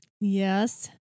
Yes